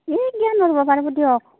এই কিয় নোৱাৰিব পাৰব দিয়ক